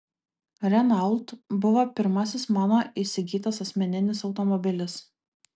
renault buvo pirmasis mano įsigytas asmeninis automobilis